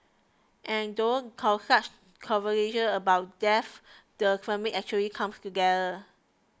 and through such conversations about death the family actually comes together